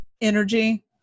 energy